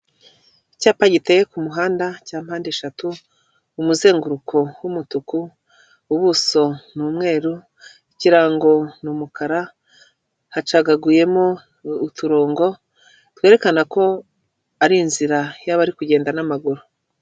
Icyapa giteye ku muhanda cya mpande eshatu, umuzenguruko w'umutuku ubuso ni umweru ikirango ni umukara, hacagaguyemo uturongo twerekana ko ari inzira y'abari kugenda n'amaguru.